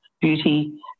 beauty